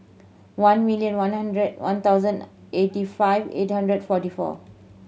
one million one hundred one thousand eighty five eight hundred forty four